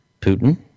Putin